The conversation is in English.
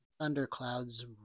thunderclouds